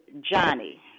Johnny